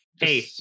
hey